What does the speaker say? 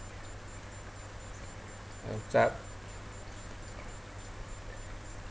time's up